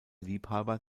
liebhaber